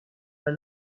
pas